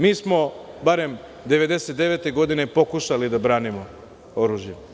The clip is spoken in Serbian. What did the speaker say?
Mi smo barem 1999. godine pokušali da branimo oružjem.